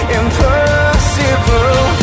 impossible